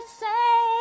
say